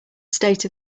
state